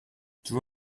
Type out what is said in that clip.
there